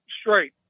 straight